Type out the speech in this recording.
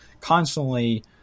constantly